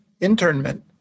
Internment